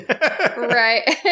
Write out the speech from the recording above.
Right